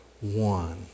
one